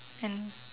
and